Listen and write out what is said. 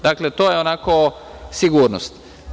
Dakle, to je onako sigurnost.